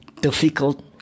difficult